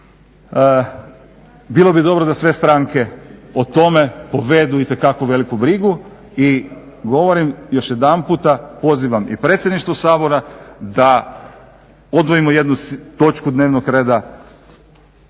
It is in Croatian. Bilo bi dobro da sve stranke o tome povedu itekako veliku brigu i govorim još jedanputa pozivam i predsjedništvo Sabora da odvojimo jednu točku dnevnog reda